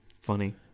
Funny